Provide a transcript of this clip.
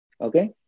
Okay